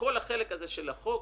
כל החלק הזה של החוק,